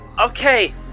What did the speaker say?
Okay